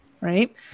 right